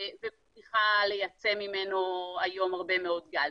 והצליחה לייצא ממנו היום הרבה מאוד גז.